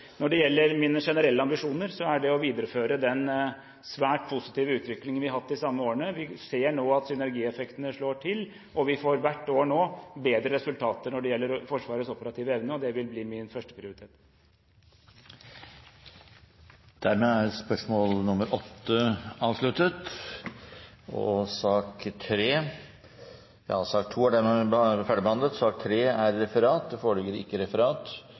Når det gjelder mine generelle ambisjoner, er det å videreføre den svært positive utviklingen vi har hatt de samme årene. Vi ser nå at synergieffektene slår til. Vi får hvert år bedre resultater når det gjelder Forsvarets operative evne, og det vil bli min førsteprioritet. Dermed er sak nr. 2 ferdigbehandlet. Det foreligger ikke noe referat. Dermed er dagens kart ferdigbehandlet.